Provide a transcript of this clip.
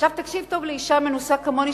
עכשיו תקשיב טוב לאשה מנוסה כמוני,